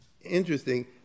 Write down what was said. interesting